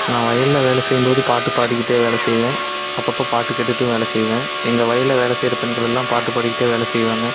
நான் வயலில் வேலை செய்யும் போது பாட்டு பாடிக்கிட்டே வேலை செய்வேன் அப்பப்போ பாட்டு கேட்டுக்கிட்டும் வேலை செய்வேன் எங்கள் வயலில் வேலை செய்யற பெண்கள் எல்லாம் பாட்டு பாடிக்கிட்டே வேலை செய்வாங்க